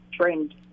trained